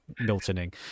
miltoning